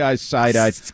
side-eyed